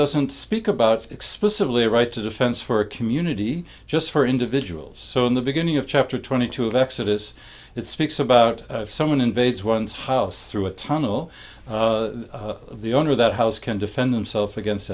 doesn't speak about explicitly a right to defense for a community just for individuals so in the beginning of chapter twenty two of exodus it speaks about someone invades one's house through a tunnel the owner of that house can defend himself against